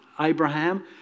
Abraham